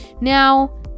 Now